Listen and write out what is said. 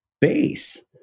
base